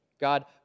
God